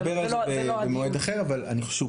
נדבר על זה במועד אחר אבל אני חושב שהוא